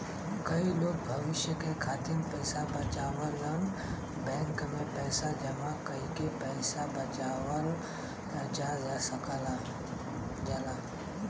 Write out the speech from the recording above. कई लोग भविष्य के खातिर पइसा बचावलन बैंक में पैसा जमा कइके पैसा बचावल जा सकल जाला